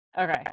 Okay